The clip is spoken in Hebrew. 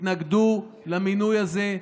תתנגדו למינוי הזה.